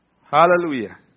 Hallelujah